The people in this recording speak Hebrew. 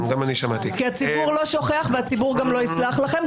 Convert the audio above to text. כי הציבור לא שוכח והציבור גם לא יסלח לכם,